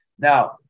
Now